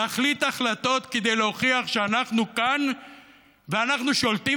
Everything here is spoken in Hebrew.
להחליט החלטות כדי להוכיח שאנחנו כאן ואנחנו שולטים,